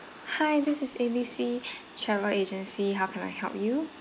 hi this is A_B_C travel agency how can I help you